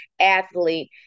athlete